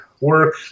work